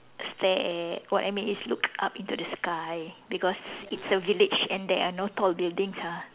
stare at what I mean is look up into the sky because it's a village and there are no tall buildings ah